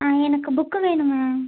ஆ எனக்கு புக்கு வேணும் மேம்